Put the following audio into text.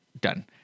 done